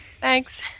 Thanks